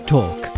Talk